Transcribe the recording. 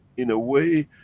in a way.